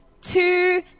Two